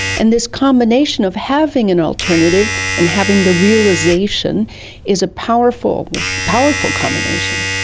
and this combination of having an alternative and having the realisation is a powerful powerful combination.